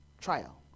trial